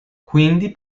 quindi